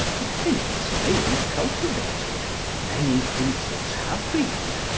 the prince may be cultivated. many princes have been.